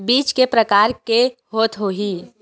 बीज के प्रकार के होत होही?